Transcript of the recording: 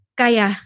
kaya